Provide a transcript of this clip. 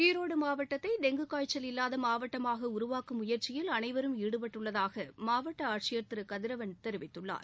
ஈரோடு மாவட்டத்தை டெங்கு காய்ச்சல் இல்லாத மாவட்டமாக உருவாக்கும் முயற்சியில் அனைவரும் ஈடுபட்டுள்ளதாக மாவட்ட ஆட்சியர் திரு கதிரவன் தெரிவித்துள்ளார்